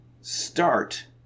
Start